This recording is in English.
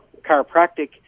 chiropractic